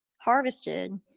harvested